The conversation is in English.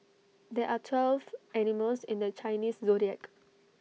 there are twelve animals in the Chinese Zodiac